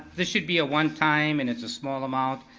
this should be a one-time, and it's a small amount,